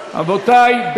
רבותי,